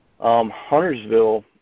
Huntersville